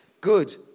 good